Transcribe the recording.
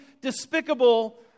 despicable